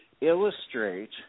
illustrate